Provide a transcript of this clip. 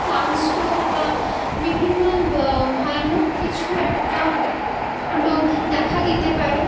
sunstroke বা বিভিন্ন ভয়ানক কিছু একটা রোগ দেখা দিতে পারে